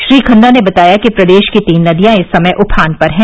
श्री खन्ना ने बताया कि प्रदेश की तीन नदियां इस समय उफान पर हैं